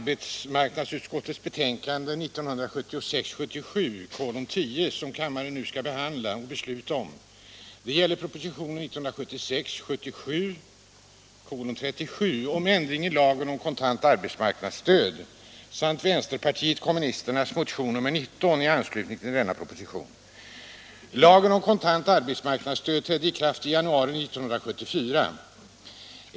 Lagen om kontant arbetsmarknadsstöd trädde i kraft den 1 januari 1974.